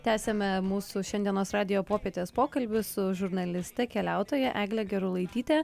tęsiame mūsų šiandienos radijo popietės pokalbį su žurnaliste keliautoja egle gerulaityte